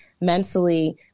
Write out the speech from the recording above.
mentally